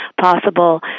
possible